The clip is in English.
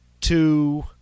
two